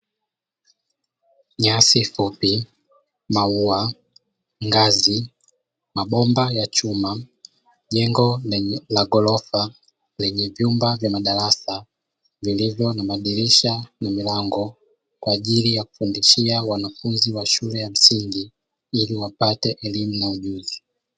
Nyasi fupi, maua, ngazi, mabomba ya chuma, jengo la ghorofa lenye vyumba vya madarasa vilivyo na madirisha na milango kwa ajili ya kufundishia wanafunzi wa shule ya msingi ili wapate elimu na ujuzi.